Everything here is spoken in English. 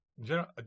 General